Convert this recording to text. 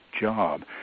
job